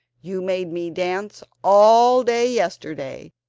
you made me dance all day yesterday,